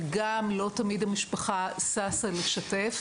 וגם לא תמיד המשפחה ששה לשתף,